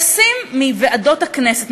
עושים מוועדות הכנסת,